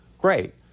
great